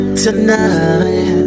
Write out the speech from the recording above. tonight